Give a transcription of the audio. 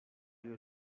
you